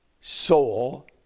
soul